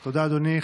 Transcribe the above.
תודה, אדוני.